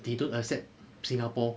they don't accept singapore